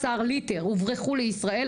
16 ליטר הוברחו לישראל,